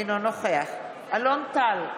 אינו נוכח אלון טל,